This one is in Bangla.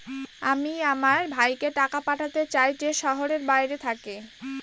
আমি আমার ভাইকে টাকা পাঠাতে চাই যে শহরের বাইরে থাকে